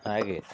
ಹಾಗೆ